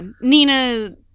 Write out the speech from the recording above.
Nina